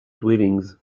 dwellings